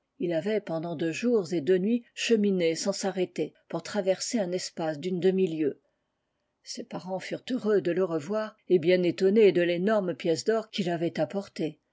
il avait pendant deux jours et deux nuits cheminé sans s'arrêter pour traverser un espace d'une demi-lieue ses parents furent heureux de le revoir et bien étonnés de l'énorme pièce d'or qu'il avait apportée